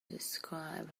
describe